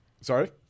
Sorry